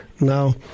Now